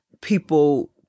people